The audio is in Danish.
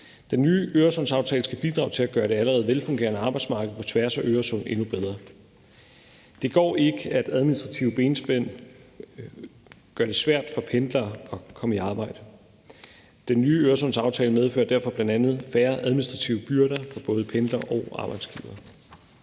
Den nye Øresundsaftale skal bidrage til at gøre det allerede velfungerende arbejdsmarked på tværs af Øresund endnu bedre. Det går ikke, at administrative benspænd gør det svært for pendlere at komme på arbejde. Den nye Øresundsaftale medfører derfor bl.a. færre administrative byrder for både pendlere og arbejdsgivere.